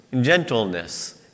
gentleness